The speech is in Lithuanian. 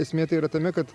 esmė tai yra tame kad